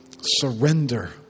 surrender